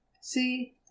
See